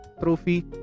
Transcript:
trophy